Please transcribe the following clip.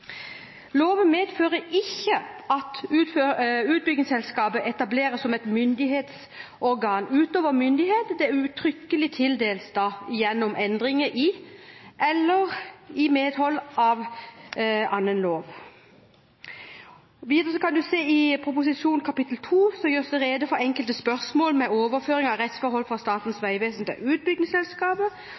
etableres som myndighetsorgan utover myndighet det uttrykkelig tildeles gjennom endringer i eller i medhold av annen lov. Videre kan en se at i proposisjonens kap. 2 gjøres det rede for enkelte spørsmål med overføring av rettsforhold fra Statens vegvesen til utbyggingsselskapet.